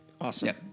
Awesome